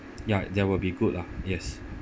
ya that will be good lah yes